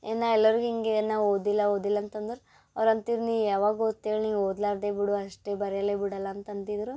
ಏನು ಎಲ್ಲರಿಗೂ ಹೀಗೆ ನಾ ಓದಿಲ್ಲ ಓದಿಲ್ಲ ಅಂತಂದರೆ ಅವ್ರು ಅಂತಿರು ನೀ ಯಾವಾಗ ಓದ್ತಿ ಹೇಳ್ ನೀ ಓದಲಾರ್ದೆ ಬಿಡು ಅಷ್ಟೇ ಬರೆಯಲ್ಲ ಬಿಡಲ್ಲ ಅಂತಂತಿದ್ದರು